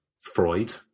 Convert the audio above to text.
Freud